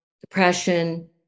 depression